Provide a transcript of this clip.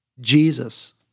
Jesus